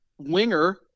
winger